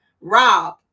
Rob